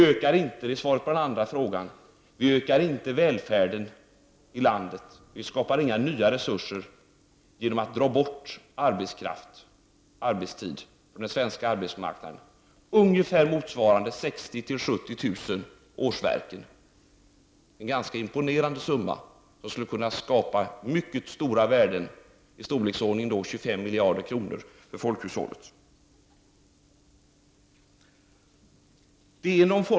När det gäller den andra frågan ökar vi inte välfärden i landet och vi skapar inga nya resurser genom att dra bort arbetskraft från den svenska arbetsmarknaden, ungefär motsvarande 60 000-70 000 årsverken. Det är en ganska imponerande summa som skulle kunna skapa mycket stora värden, i storleksordningen 25 miljarder kronor, för folkhushållet.